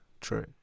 True